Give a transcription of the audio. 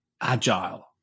Agile